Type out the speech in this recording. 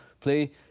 play